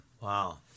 Wow